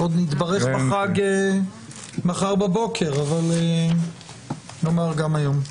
עוד נתברך בחג מחר בבוקר, אבל נאמר גם היום.